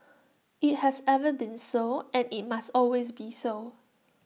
IT has ever been so and IT must always be so